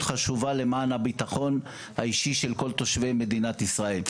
חשובה למען הביטחון האישי של כל תושבי מדינת ישראל.